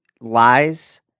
lies